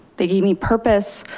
they gave me purpose,